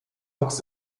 wuchs